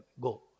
go